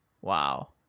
wow